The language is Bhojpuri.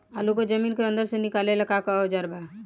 आलू को जमीन के अंदर से निकाले के का औजार बा?